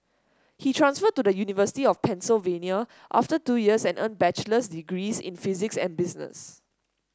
he transferred to the University of Pennsylvania after two years and earned bachelor's degrees in physics and business